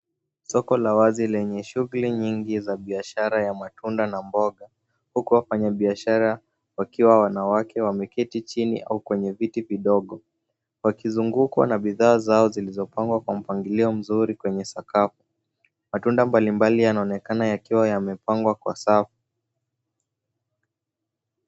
Soko la wazi yenye shughuli nyingi za biashara ya matunda na mboga, huku wafanyabiashara wakiwa wanawake wameketi chini au kwenye viti vidogo, wakizungukwa na bidhaa zao zilizopangwa kwa mpangilio mzuri kwenye sakafu, matunda mbali mbali yanaonekana yakiwa yamepangwa kwa sawa.